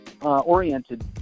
oriented